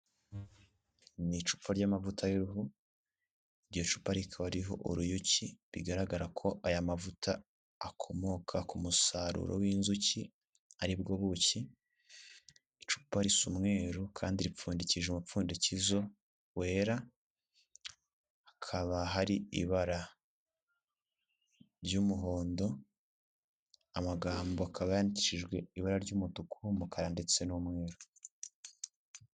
Ni icupa ry'amavuta y'uruhu, iryo cupa rikaba ririho uruyuki bigaragara ko aya mavuta akomoka k'umusaruro w'inzuki aribwo buki. Icupa rasa umweru kandi ripfundikije umupfundikizo wera, hakaba hari ibara ry'umuhondo, amagambo akaba yandishijwe ibara ry'umutuku ,umukara ndetse n'umweru.